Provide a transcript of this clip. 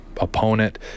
opponent